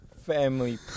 Family